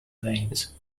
veins